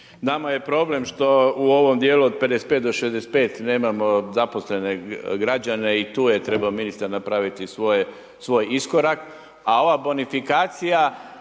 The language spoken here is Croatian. Nama je problem što u ovom djelu od 55 do 65 nemamo zaposlene građane i tu je trebao ministar napraviti svoj iskorak a ova bonifikacija